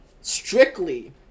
strictly